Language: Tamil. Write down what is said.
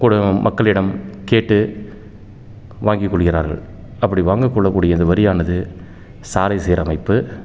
கூடவும் மக்களிடம் கேட்டு வாங்கிக் கொள்கிறார்கள் அப்படி வாங்கிக்கொள்ளக்கூடிய இந்த வரியானது சாலை சீரமைப்பு